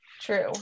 True